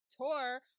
tour